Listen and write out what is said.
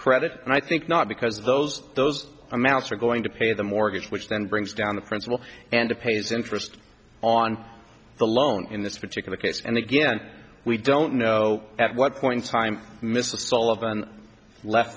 credit and i think not because those those amounts are going to pay the mortgage which then brings down the principal and pays interest on the loan in this particular case and again we don't know at what point in time mrs sullivan left